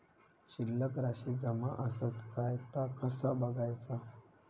शिल्लक राशी जमा आसत काय ता कसा बगायचा?